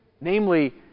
Namely